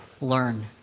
Learn